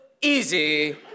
easy